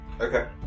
Okay